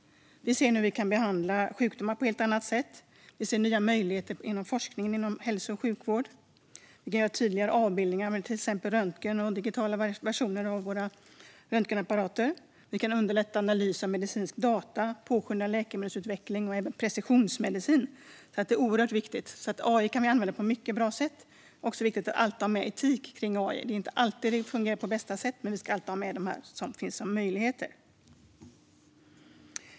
Vi ser hur vi nu kan behandla sjukdomar på ett helt annat sätt. Vi ser nya möjligheter inom forskningen om hälso och sjukvård. Vi kan göra tydligare avbildningar genom till exempel röntgen med digitala versioner av våra röntgenapparater. Vi kan underlätta analys av medicinska data, påskynda läkemedelsutveckling och även precisionsmedicin. Det är oerhört viktigt. Vi kan använda AI på många bra sätt. Det är också viktigt att alltid ha med etik för AI. Det är inte alltid det fungerar på bästa sätt. Men vi ska alltid ha med det som möjligheter.